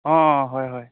অঁ হয় হয়